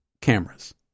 cameras